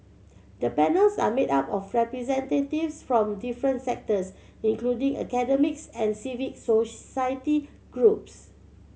the panels are made up of representatives from different sectors including academics and civic society groups